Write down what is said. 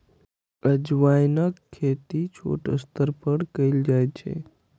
अजवाइनक खेती छोट स्तर पर कैल जाइ छै